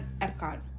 Epcot